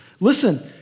Listen